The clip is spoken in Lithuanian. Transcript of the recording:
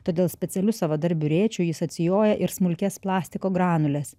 todėl specialiu savadarbiu rėčiu jis atsijoja ir smulkias plastiko granules